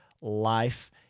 life